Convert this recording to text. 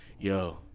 Yo